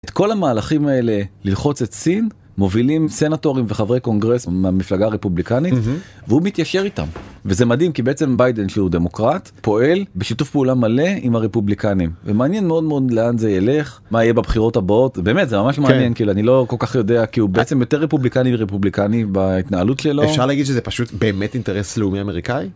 את כל המהלכים האלה ללחוץ את סין מובילים סנטורים וחברי קונגרס מהמפלגה רפובליקנית, והוא מתיישר איתם. וזה מדהים כי בעצם ביידן שהוא דמוקרט פועל בשיתוף פעולה מלא עם הרפובליקנים ומעניין מאוד מאוד לאן זה ילך, מה יהיה בבחירות הבאות... באמת, זה ממש מעניין, כאילו אני לא כל כך יודע, כי הוא בעצם יותר רפובליקני מרפובליקנים בהתנהלות שלו. אפשר להגיד שזה פשוט באמת אינטרס לאומי אמריקאי?